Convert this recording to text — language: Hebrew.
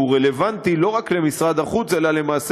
והוא רלוונטי לא רק למשרד החוץ אלא למעשה